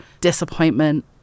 disappointment